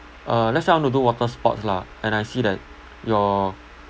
uh let's say I want to do water sports lah and I see that your